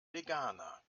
veganer